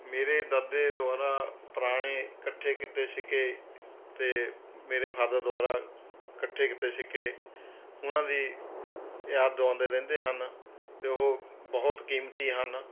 ਮੇਰੇ ਦਾਦੇ ਦੁਆਰਾ ਪੁਰਾਣੇ ਇਕੱਠੇ ਕੀਤੇ ਸਿੱਕੇ ਅਤੇ ਮੇਰੇ ਫ਼ਾਦਰ ਦੁਆਰਾ ਇਕੱਠੇ ਕੀਤੇ ਸਿੱਕੇ ਉਹਨਾਂ ਦੀ ਯਾਦ ਦਵਾਉਂਦੇ ਰਹਿੰਦੇ ਹਨ ਅਤੇ ਉਹ ਬਹੁਤ ਕੀਮਤੀ ਹਨ